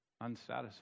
unsatisfied